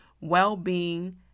well-being